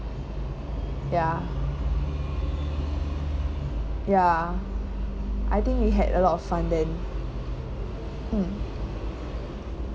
ya ya I think we had a lot of fun then mm